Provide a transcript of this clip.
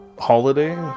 holiday